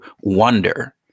wonder